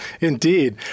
Indeed